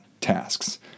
tasks